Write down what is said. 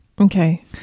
Okay